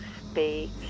speak